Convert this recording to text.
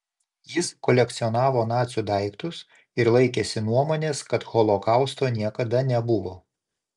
jis kolekcionavo nacių daiktus ir laikėsi nuomonės kad holokausto niekada nebuvo